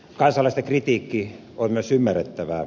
kansalaisten kritiikki on myös ymmärrettävää